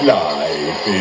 life